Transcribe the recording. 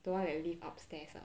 the one that live upstairs ah